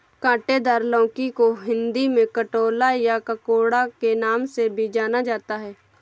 काँटेदार लौकी को हिंदी में कंटोला या ककोड़ा के नाम से भी जाना जाता है